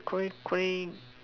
cray cray